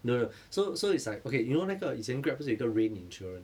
no no so so it's like okay you know 那个以前 Grab 不是有一个 rain insurance